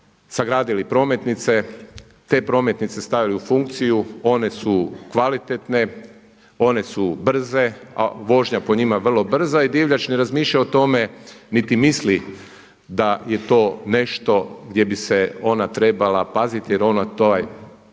sagradili prometnice, te prometnice stavili u funkciju, one su kvalitetne, one su brze a vožnja po njima je vrlo brza i divljač ne razmišlja o tome niti misli da je to nešto gdje bi se ona trebala paziti jer ona to